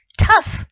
tough